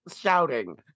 shouting